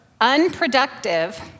unproductive